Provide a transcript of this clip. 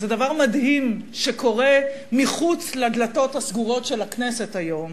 וזה דבר מדהים שקורה מחוץ לדלתות הסגורות של הכנסת היום,